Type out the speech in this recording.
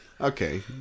Okay